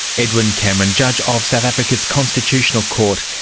edwin cameron, judge of south africa's constitutional court.